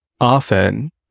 often